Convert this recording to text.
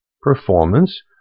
performance